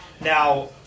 Now